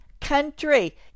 country